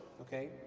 Okay